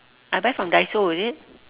I buy from daiso is it